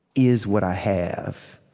is what i have.